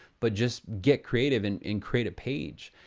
but just get creative and and create a page.